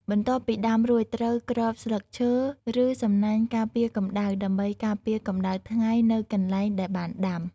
បន្ទាប់ពីដាំរួចត្រូវគ្របស្លឹកឈើ ឬសំណាញ់ការពារកម្ដៅដើម្បីការពារកម្ដៅថ្ងៃនៅកន្លែង ដែលបានដាំ។